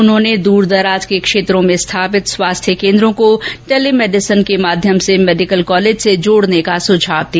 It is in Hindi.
उन्होंने दूर दराज के क्षेत्रों में स्थापित स्वास्थ्य केन्द्रों को टेलीमेडिसिन के माध्यम से मेडिकल कॉलेज से जोडने का सुझाव दिया